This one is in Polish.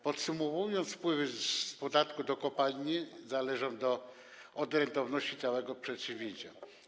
Podsumowując, wpływy z podatku od kopalin zależą od rentowności całego przedsięwzięcia.